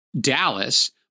dallas